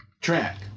track